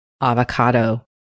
avocado